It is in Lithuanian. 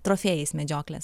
trofėjais medžioklės